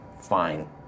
Fine